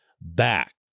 back